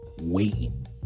waiting